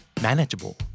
manageable